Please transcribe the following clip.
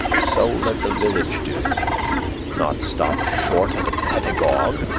so let the village do not stop short at a pedagogue,